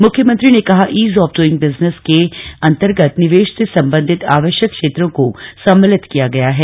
मुख्यमंत्री ने कहा ईज ऑफ डूईंग बिजनेस के अंतर्गत निवेश से सम्बन्धित आवश्यक क्षेत्रों को सम्मिलित किया गया है